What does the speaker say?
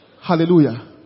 Hallelujah